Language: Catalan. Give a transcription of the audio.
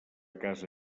casa